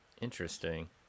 Interesting